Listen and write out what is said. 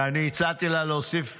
הצעתי לה להוסיף